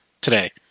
today